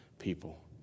people